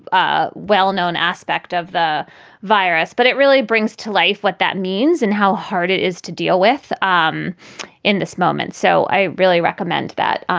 ah well known aspect of the virus. but it really brings to life what that means and how hard it is to deal with um in this moment. so i really recommend that.